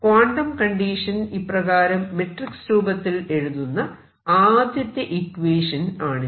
quantum condition ഇപ്രകാരം matrix രൂപത്തിൽ എഴുതുന്ന ആദ്യത്തെ ഇക്വേഷൻ ആണിത്